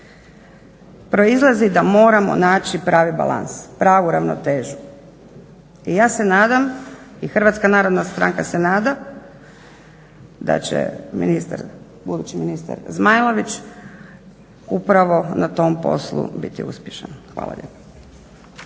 Proizlazi da moramo naći pravi balans, pravu ravnotežu. I ja se nadam i Hrvatska narodna stranka se nada da će ministar, budući ministar Zmajlović upravo na tom poslu biti uspješan. Hvala lijepa.